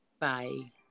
Bye